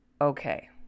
Okay